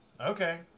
Okay